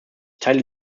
teile